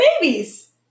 babies